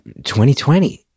2020